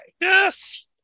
Yes